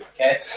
okay